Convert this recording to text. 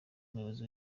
umuyobozi